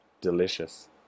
delicious